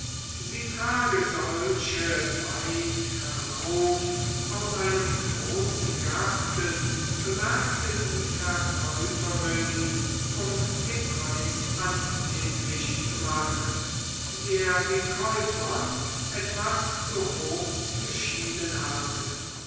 sie trage solche weit herauf aus einem großen garten bemerkte die verkäuferin um den preis annehmlich zu machen der den käufern etwas zu hoch geschienen hatte